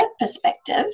perspective